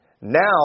now